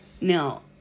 Now